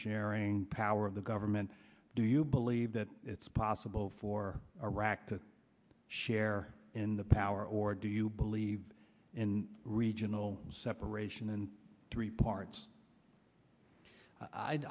sharing power of the government do you believe that it's possible for iraq to share in the power or do you believe in regional separation in three parts